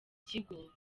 kigo